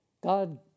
God